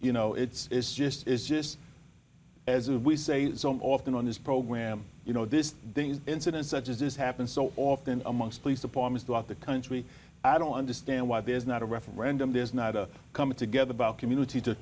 you know it's just it's just as we say often on this program you know this incident such as this happened so often amongst police departments throughout the country i don't understand why there's not a referendum there's not a coming together about community to